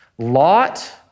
Lot